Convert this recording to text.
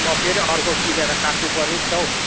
म फेरि अर्को किनेर काट्नु पऱ्यो नि त हौ